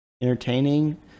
entertaining